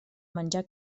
menjar